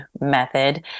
method